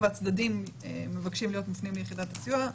והצדדים מבקשים להיות מופנים ליחידת הסיוע.